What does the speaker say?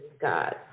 God